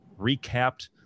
recapped